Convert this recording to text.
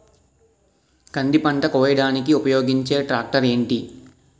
కంది పంట కోయడానికి ఉపయోగించే ట్రాక్టర్ ఏంటి?